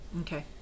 okay